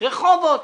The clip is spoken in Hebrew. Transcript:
רחובות,